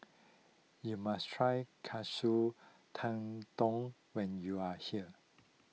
you must try Katsu Tendon when you are here